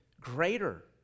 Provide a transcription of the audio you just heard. greater